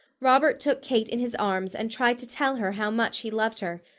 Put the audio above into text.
robert took kate in his arms and tried to tell her how much he loved her,